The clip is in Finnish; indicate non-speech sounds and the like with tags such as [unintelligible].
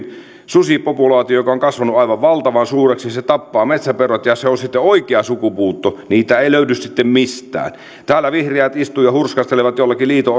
susipopulaation joka on kasvanut aivan valtavan suureksi tappaa metsäpeurat ja se on sitten oikea sukupuutto niitä ei löydy sitten mistään täällä vihreät istuvat ja hurskastelevat joillakin liito [unintelligible]